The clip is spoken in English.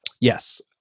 Yes